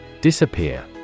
Disappear